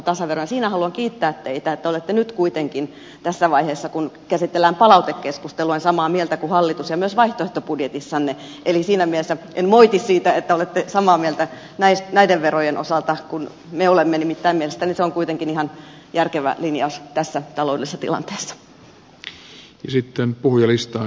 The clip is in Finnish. siitä haluan kiittää teitä että olette nyt kuitenkin tässä vaiheessa kun käsitellään palautekeskustelua samaa mieltä kuin hallitus ja myös vaihtoehtobudjetissanne eli siinä mielessä en moiti siitä että olette samaa mieltä näiden verojen osalta kuin me olemme nimittäin mielestäni se on kuitenkin ihan järkevä linjaus tässä taloudellisessa tilanteessa